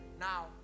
Now